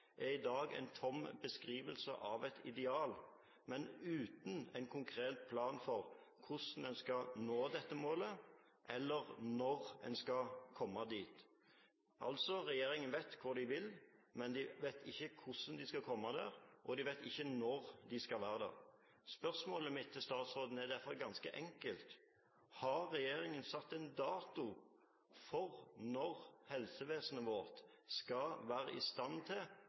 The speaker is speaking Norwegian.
er i dag en tom beskrivelse av et ideal, men uten en konkret plan for hvordan en skal nå dette målet, eller når en skal komme dit. Altså: Regjeringen vet hvor de vil, men de vet ikke hvordan de skal komme dit, og de vet ikke når de skal være der. Spørsmålet mitt til statsråden er derfor ganske enkelt: Har regjeringen satt en dato for når helsevesenet vårt skal være i stand til